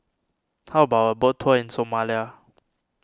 how about a boat tour in Somalia